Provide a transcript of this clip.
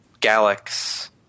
Galax